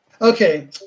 Okay